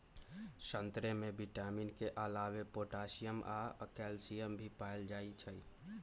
संतरे में विटामिन के अलावे पोटासियम आ कैल्सियम भी पाएल जाई छई